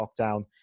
lockdown